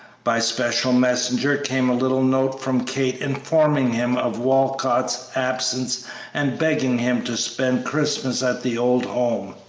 by special messenger came a little note from kate informing him of walcott's absence and begging him to spend christmas at the old home.